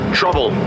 trouble